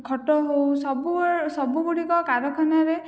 ଖଟ ହଉ ସବୁ ସବୁଗୁଡ଼ିକ କାରଖାନାରେ